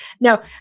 No